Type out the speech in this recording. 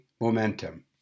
Momentum